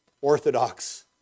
Orthodox